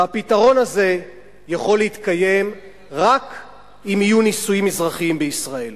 והפתרון הזה יכול להתקיים רק אם יהיו נישואין אזרחיים בישראל.